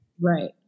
Right